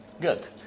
good